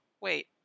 wait